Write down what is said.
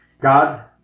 God